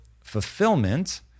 fulfillment